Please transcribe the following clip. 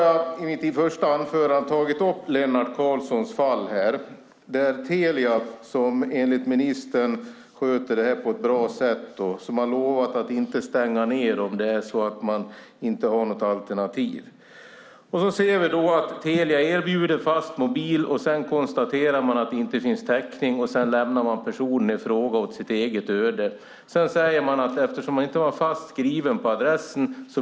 Jag tog i mitt första inlägg upp Lennart Karlssons fall där Telia, som enligt ministern sköter detta på ett bra sätt, har lovat att inte stänga ned om det är så att det inte finns något alternativ. Vi ser att Telia erbjuder fastmobil. Sedan konstaterar de att det inte finns täckning och lämnar personen i fråga åt sitt eget öde. Efter det säger de att det inte blev någonting eftersom han inte var fast skriven på adressen.